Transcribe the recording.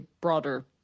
broader